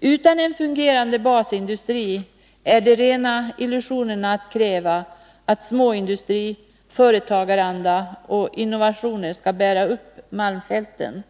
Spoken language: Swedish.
”Utan en fungerande basindustri är det rena illusionerna att kräva att ”småindustri”, ”företagaranda” eller innovationer” skall bära upp Malmfälten.